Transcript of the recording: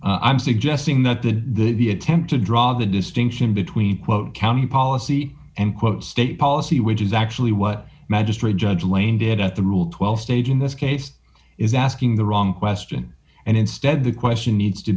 i'm suggesting that the v a attempt to draw the distinction between quote county policy and quote state policy which is actually what magistrate judge lane did at the rule twelve stage in this case is asking the wrong question and instead the question needs to